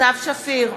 סתיו שפיר,